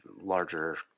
larger